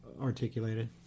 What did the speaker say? articulated